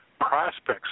prospects